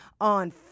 on